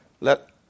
Let